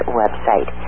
website